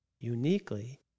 Uniquely